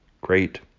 great